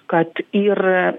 kad ir